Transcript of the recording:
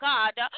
God